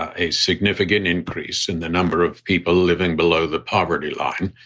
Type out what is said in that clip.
a significant increase in the number of people living below the poverty line,